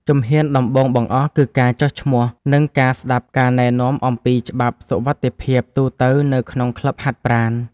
ជំហានដំបូងបង្អស់ គឺការចុះឈ្មោះ និងការស្ដាប់ការណែនាំអំពីច្បាប់សុវត្ថិភាពទូទៅនៅក្នុងក្លឹបហាត់ប្រាណ។